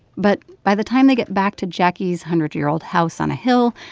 but by the time they get back to jacquie's hundred-year-old house on a hill,